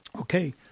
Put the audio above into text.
Okay